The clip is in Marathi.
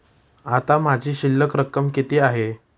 आता माझी शिल्लक रक्कम किती आहे?